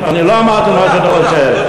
אני לא אמרתי מה שאתה חושב.